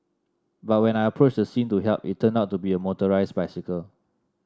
but when I approached the scene to help it turned out to be a motorised bicycle